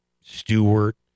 Stewart